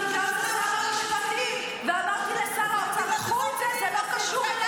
שחוק למען המילואימניקים שלנו זה מביש.